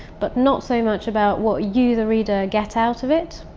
but not so much about what you the reader get out of it.